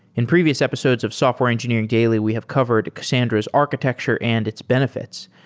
in previous episodes of software engineering daily we have covered cassandra's architecture and its benefits,